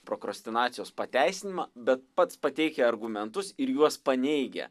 prokrastinacijos pateisinimą bet pats pateikia argumentus ir juos paneigia